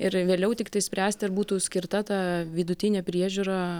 ir vėliau tiktai spręsti ar būtų skirta ta vidutinė priežiūra